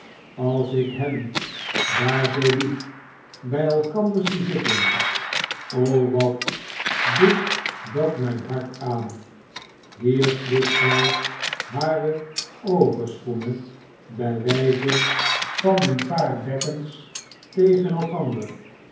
als ik hen daar zoo lief bij elkander zie zitten o wat doet dat mijn hart aan hier sloeg zij hare overschoenen bij wijze van een paar bekkens tegen elkander